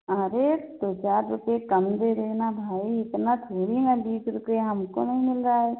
अरे दो चार रुपये कम दे देना भाई इतना थोड़े न बीस रुपया हमको नहीं मिल रहा है